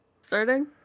starting